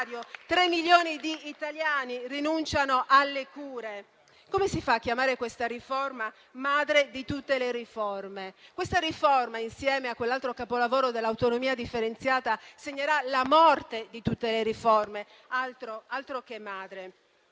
3 milioni di italiani che rinunciano alle cure. Come si fa chiamare questa riforma madre di tutte le riforme? Questa riforma, insieme a quell'altro capolavoro dell'autonomia differenziata, segnerà la morte di tutte le riforme. Altro che madre!